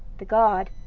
the god,